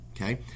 okay